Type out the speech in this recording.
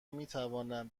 میتوانم